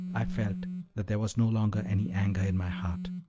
i felt that there was no longer any anger in my heart.